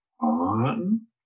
on